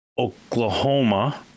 Oklahoma